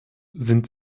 sind